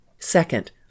Second